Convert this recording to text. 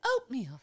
oatmeal